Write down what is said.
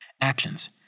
Actions